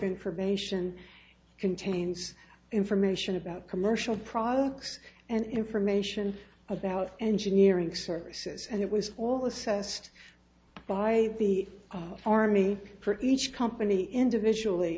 information contains information about commercial products and information about engineering services and it was all assessed by the army for each company individually